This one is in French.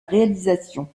réalisation